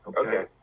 Okay